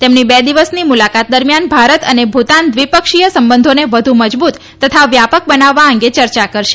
તેમની બે દિવસની મુલાકાત દરમિયાન ભારત અને ભુતાન દ્વિપક્ષીય સંબંધોને વધુ મજબુત તથા વ્યાપક બનાવવા અંગે ચર્ચા કરશે